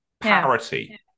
parity